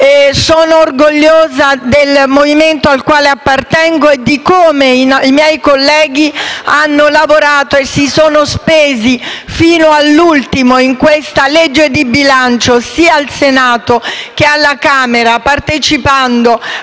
Sono orgogliosa del Movimento al quale appartengo e di come i miei colleghi hanno lavorato e si sono spesi fino all'ultimo in questa legge di bilancio, sia al Senato che alla Camera, partecipando